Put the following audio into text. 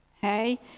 Hey